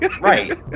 right